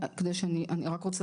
אני רוצה